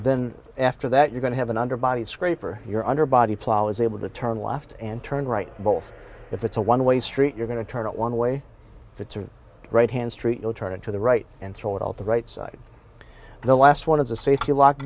then after that you're going to have an under body scrape or you're under body plow is able to turn left and turn right both if it's a one way street you're going to turn out one way if it's a right hand street you'll turn into the right and throw it out the right side and the last one is a safety lock